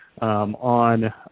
on